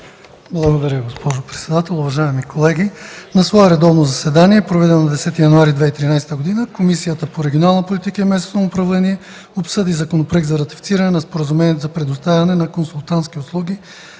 Благодаря, госпожо председател. Уважаеми колеги! „На редовно заседание, проведено на 10 януари 2013 г., Комисията по регионална политика и местно самоуправление обсъди Законопроект за ратифициране на Споразумението за предоставяне на консултантски услуги